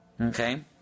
Okay